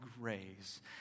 grace